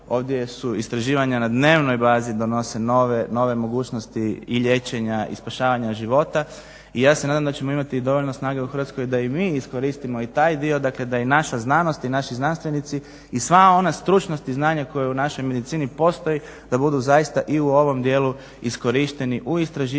ovdje su istraživanja na dnevnoj bazi donose nove mogućnosti i liječenja i spašavanja života i ja se nadam da ćemo imati dovoljno snage u Hrvatskoj da i mi iskoristimo i taj dio da i naša znanost i naši znanstveni i sva ona stručnost i znanje koje u našoj medicini postoji, da budu zaista i u ovom dijelu iskorišteni u istraživanjima